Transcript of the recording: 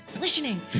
Listening